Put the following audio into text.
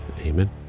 Amen